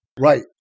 Right